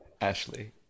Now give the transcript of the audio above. Ashley